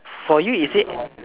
for you is it